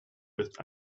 with